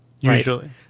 usually